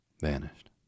vanished